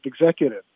executive